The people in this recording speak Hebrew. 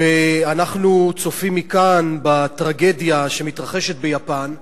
ואנחנו צופים מכאן בטרגדיה שמתרחשת ביפן.